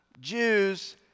Jews